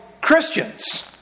Christians